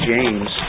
James